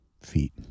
feet